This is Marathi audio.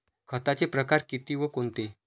खताचे प्रकार किती व कोणते?